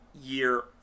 year